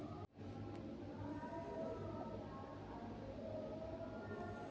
अनुदान या फंडिंग दू तरह के होबो हय सॉफ्ट फंडिंग आर क्राउड फंडिंग